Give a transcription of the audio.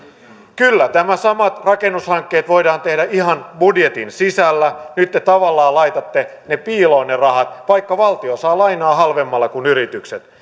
kyllä nämä samat rakennushankkeet voidaan tehdä ihan budjetin sisällä nyt te tavallaan laitatte ne rahat piiloon vaikka valtio saa lainaa halvemmalla kuin yritykset